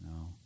No